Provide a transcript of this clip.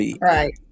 Right